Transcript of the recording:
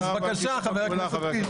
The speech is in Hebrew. אז בבקשה, חבר הכנסת קיש.